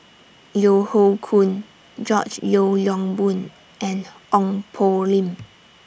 Yeo Hoe Koon George Yeo Yong Boon and Ong Poh Lim